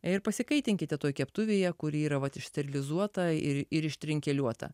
ir pasikaitinkite toj keptuvėje kuri yra vat sterilizuota ir ir ištrinkeliuota